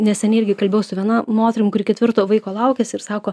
neseniai irgi kalbėjau su viena moterim kuri ketvirto vaiko laukiasi ir sako